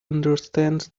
understands